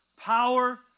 Power